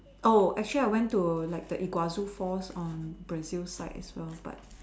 oh actually I went to like the Iguazu-Falls on Brazil side as well but